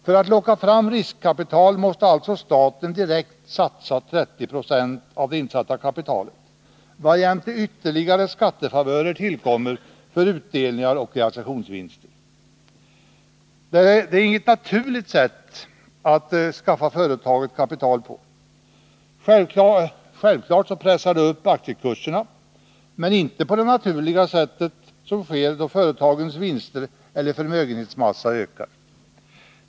För att locka fram riskkapital måste alltså staten direkt satsa 30 26 av det insatta kapitalet, varjämte ytterligare skattefavörer tillkommer för utdelningar och realisationsvinster. Detta är inget naturligt sätt att skaffa företaget kapital på. Självfallet pressas aktiekurserna upp, men inte på det naturliga sätt som då företagens vinster eller förmögenhetsmassa ökar.